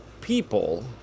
people